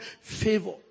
favor